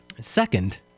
Second